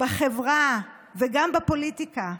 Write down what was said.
בחברה וגם בפוליטיקה.